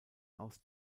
aus